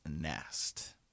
Nest